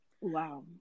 Wow